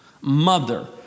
mother